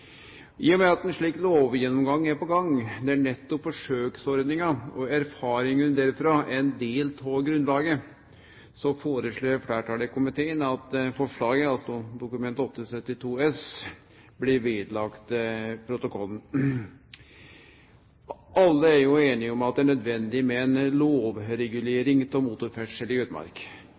I og med at ein slik lovgjennomgang er på gang – der nettopp forsøksordninga og erfaringane derfrå er ein del av grunnlaget – foreslår fleirtalet i komiteen at forslaget, altså Dokument nr. 8:72 S for 2009–2010, blir lagt ved protokollen. Alle er einige om at det er nødvendig med ei lovregulering av motorferdsel i utmark.